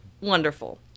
wonderful